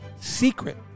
secret